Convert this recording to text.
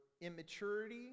immaturity